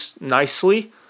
nicely